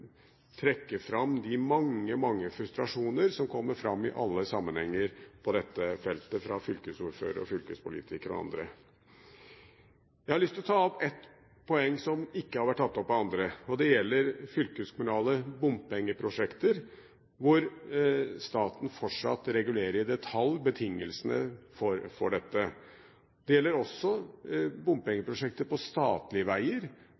andre. Jeg har lyst til å ta opp et poeng som ikke har vært tatt opp av andre, og det gjelder fylkeskommunale bompengeprosjekter, hvor staten fortsatt regulerer i detalj betingelsene for dette. Det gjelder også